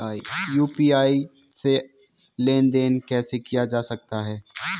UPI से लेनदेन कैसे किया जा सकता है?